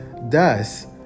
Thus